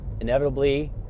Inevitably